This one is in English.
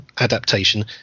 adaptation